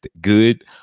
good